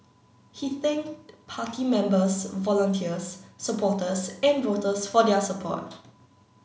he thanked party members volunteers supporters and voters for their support